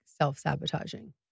self-sabotaging